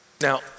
Now